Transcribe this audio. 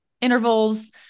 intervals